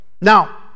Now